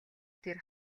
тэр